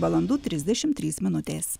valandų trisdešim trys minutės